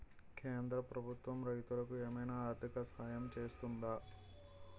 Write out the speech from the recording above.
కేంద్ర ప్రభుత్వం రైతులకు ఏమైనా ఆర్థిక సాయం చేస్తుందా?